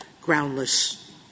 groundless